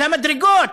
על המדרגות,